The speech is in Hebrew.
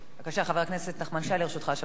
בבקשה, חבר הכנסת נחמן שי, לרשותך שלוש דקות.